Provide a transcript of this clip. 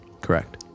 correct